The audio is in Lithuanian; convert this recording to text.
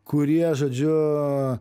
kurie žodžiu